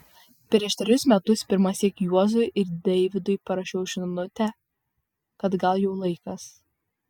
prieš trejus metus pirmąsyk juozui ir deivydui parašiau žinutę kad gal jau laikas